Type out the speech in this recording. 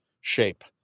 shape